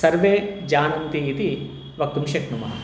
सर्वे जानन्ति इति वक्तुं शक्नुमः